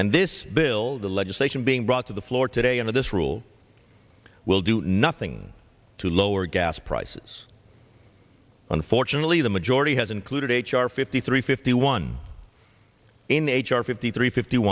and this bill the legislation being brought to the floor today under this rule will do nothing to lower gas prices unfortunately the majority has included h r fifty three fifty one in h r fifty three fifty